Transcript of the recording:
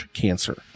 cancer